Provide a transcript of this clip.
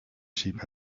sheep